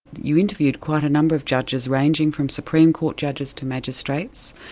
you interviewed quite a number of judges, ranging from supreme court judges to magistrates.